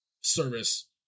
service